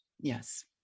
Yes